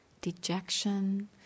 dejection